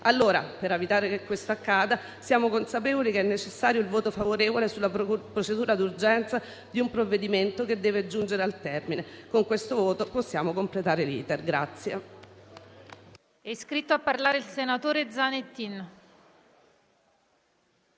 anziani. Per evitare che questo accada, siamo consapevoli che è necessario il voto favorevole sulla procedura d'urgenza di un provvedimento che deve giungere al termine. Con questo voto possiamo completare l'*iter*.